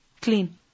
clean